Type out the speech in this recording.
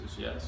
yes